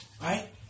right